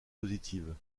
positives